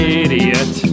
idiot